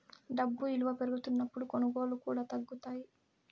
డబ్బు ఇలువ పెరుగుతున్నప్పుడు కొనుగోళ్ళు కూడా తగ్గుతాయి